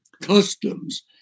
customs